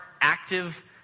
active